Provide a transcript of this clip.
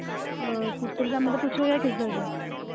ਕੁੜਤੇ ਪਜਾਮੇ ਦਾ ਪੁੱਛ ਰਹੇ ਹੋ ਯਾਂ ਕਿਸ ਦਾ ਜੀ